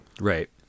Right